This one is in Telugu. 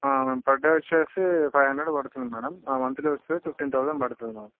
మ్యామ్ పర్ డే వచ్చేసి ఫైవ్ హండ్రెడ్ పడుతుంది మేడమ్ మంత్లీ వచ్చి ఫిఫ్టీన్ థౌజండ్ పడుతుంది మాకు